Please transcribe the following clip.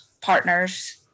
partners